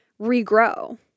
regrow